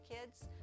kids